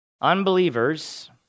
unbelievers